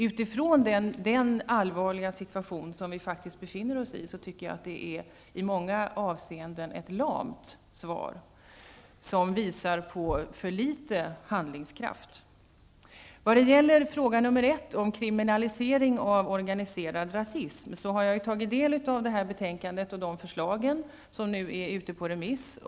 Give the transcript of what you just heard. Utifrån den allvarliga situation som vi faktiskt befinner oss i är det ett i många avseenden lamt svar som visar på för litet handlingskraft. När det gäller fråga nr 1 om kriminalisering av organiserad rasism har jag tagit del av betänkandet och förslag som nu är ute på remiss.